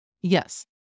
Yes